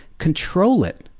control it.